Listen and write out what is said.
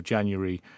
January